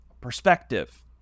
perspective